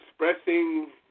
Expressing